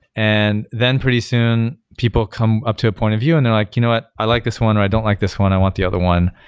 and then pretty soon people come up to a point of view and they're like, you know what? i like this one, or i don't like this one. i want the other one.